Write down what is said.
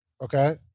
Okay